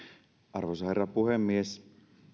arvoisa herra puhemies